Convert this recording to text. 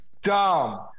Dumb